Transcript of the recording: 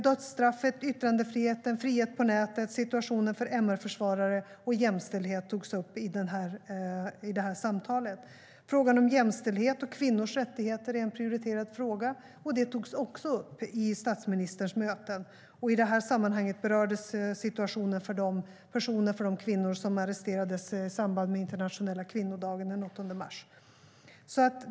Dödsstraffet, yttrandefriheten, friheten på nätet, situationen för MR-försvarare och jämställdheten togs upp i samtalet. Frågan om jämställdhet och kvinnors rättigheter är en prioriterad fråga. Den togs också upp i statsministerns möten. I sammanhanget berördes situationen för de kvinnor som arresterades i samband med den internationella kvinnodagen den 8 mars.